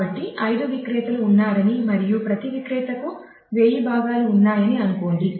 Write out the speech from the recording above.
కాబట్టి 5 విక్రేతలు ఉన్నారని మరియు ప్రతి విక్రేతకు 1000 భాగాలు ఉన్నాయని అనుకోండి